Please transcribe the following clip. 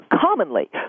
commonly